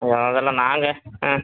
ம் அதெல்லாம் நாங்கள் ஆ